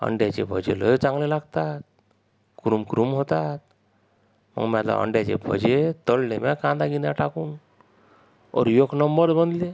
अंड्याचे भजे लई चांगले लागतात कुरुम कुरुम होतात मग मला अंड्याचे भजे तळले मी कांदा गिंदा टाकून और एक नंबर बनले